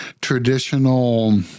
traditional